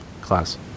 Class